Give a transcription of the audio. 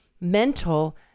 mental